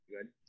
good